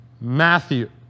matthew